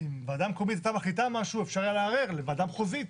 אם ועדה מקומית הייתה מחליטה משהו אפשר היה לערער לוועדה מחוזית.